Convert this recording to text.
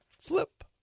flip